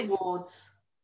awards